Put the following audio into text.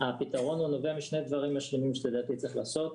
הפתרון נובע משני דברים משלימים שלדעתי צריך לעשות.